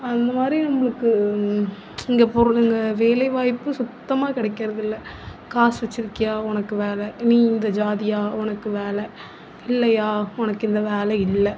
அந்த மாதிரி நம்மளுக்கு இங்கே போகிறாங்க வேலை வாய்ப்பு சுத்தமாக கிடைக்குறதில்ல காசு வச்சுருக்கியா உனக்கு வேலை நீ இந்த ஜாதியா உனக்கு வேலை இல்லையா உனக்கு இந்த வேலை இல்லை